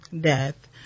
death